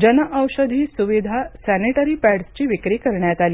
जनऔषधी सुविधा सॅनिटरी पॅडसची विक्री करण्यात आली